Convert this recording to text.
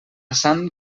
sant